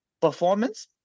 performance